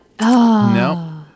no